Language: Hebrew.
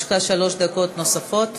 יש לך שלוש דקות נוספות.